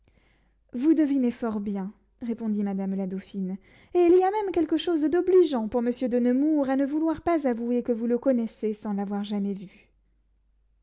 vous devinez fort bien répondit madame la dauphine et il y a même quelque chose d'obligeant pour monsieur de nemours à ne vouloir pas avouer que vous le connaissez sans l'avoir jamais vu